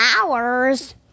hours